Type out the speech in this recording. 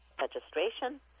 registration